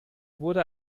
wurde